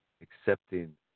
accepting